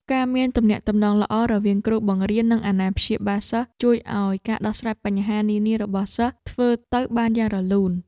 ការមានទំនាក់ទំនងល្អរវាងគ្រូបង្រៀននិងអាណាព្យាបាលសិស្ស ជួយឱ្យការដោះស្រាយបញ្ហានានារបស់សិស្សធ្វើទៅបានយ៉ាងរលូន។